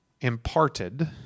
imparted